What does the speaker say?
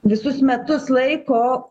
visus metus laiko